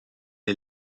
est